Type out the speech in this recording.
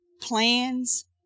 Plans